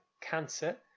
cancer